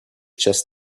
just